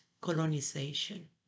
colonization